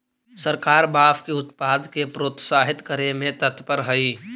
सरकार बाँस के उत्पाद के प्रोत्साहित करे में तत्पर हइ